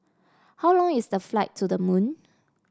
how long is the flight to the Moon